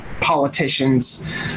politicians